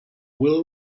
will